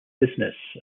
business